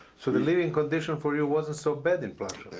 so the living condition for you wasn't so bad in plaszow.